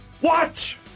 Watch